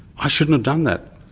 i shouldn't have done that.